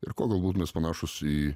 ir kuo galbūt mes panašūs į